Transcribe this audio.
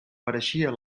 pareixia